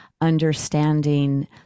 understanding